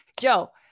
Joe